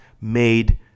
made